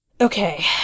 Okay